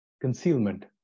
concealment